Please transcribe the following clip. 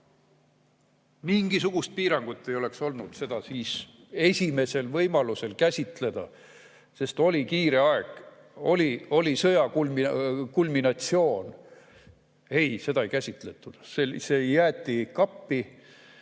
Mingisugust piirangut ei olnud seda esimesel võimalusel käsitleda, sest oli kiire aeg, oli sõja kulminatsioon. Ei, seda ei käsitletud! See jäeti kappi.